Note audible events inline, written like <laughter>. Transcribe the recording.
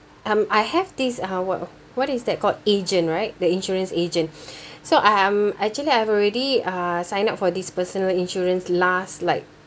um I have this uh what what is that called agent right the insurance agent <noise> so um actually I have already uh sign up for this personal insurance last like